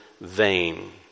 vain